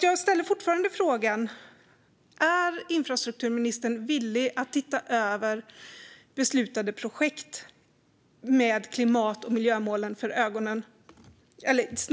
Jag ställer fortfarande frågan: Är infrastrukturministern villig att ge Trafikverket i uppdrag att se över beslutade projekt med klimat och miljömålen för ögonen?